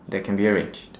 that can be arranged